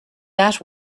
that